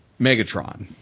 Megatron